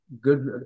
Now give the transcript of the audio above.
good